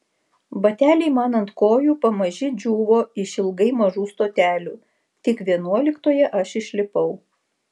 bateliai man ant kojų pamaži džiūvo išilgai mažų stotelių tik vienuoliktoje aš išlipau